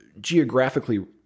geographically